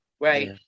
right